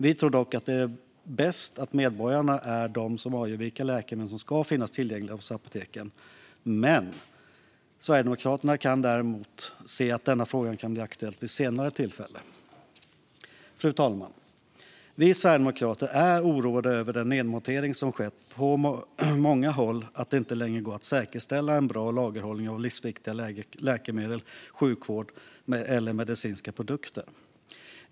Vi tror dock att det är bäst att medborgarna är de som avgör vilka läkemedel som ska finnas tillgängliga hos apoteken. Men Sverigedemokraterna kan däremot se att denna fråga kan bli aktuell vid senare tillfälle. Fru talman! Vi sverigedemokrater är oroade över den nedmontering som skett på många håll så att det inte längre går att säkerställa en bra lagerhållning av livsviktiga läkemedel, sjukvårdsprodukter eller medicinska produkter.